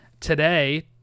today